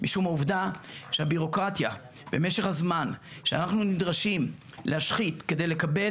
משום שהעובדה שהבירוקרטיה ומשך הזמן שאנחנו נדרשים להשחית כדי לקבל